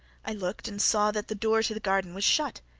i looked and saw that the door to the garden was shut.